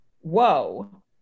whoa